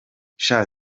sha